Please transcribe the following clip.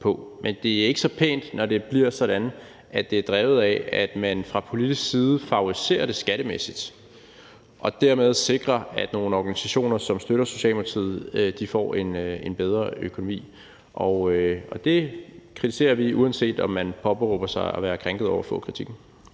Men det er ikke så pænt, når det bliver sådan, at det er drevet af, at man fra politisk side favoriserer det skattemæssigt og dermed sikrer, at nogle organisationer, som støtter Socialdemokratiet, får en bedre økonomi. Det kritiserer vi, uanset om man påberåber sig at være krænket over at få kritikken.